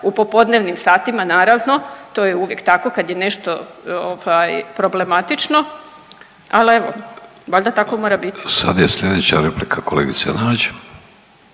u popodnevnim satima naravno to je uvijek tako kad je nešto problematično, ali evo valjda tako mora biti. **Vidović, Davorko